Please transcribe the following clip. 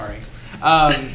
Sorry